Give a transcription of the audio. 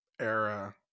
era